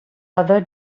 other